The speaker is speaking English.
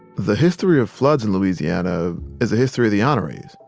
the history of floods in louisiana is the history of the honores.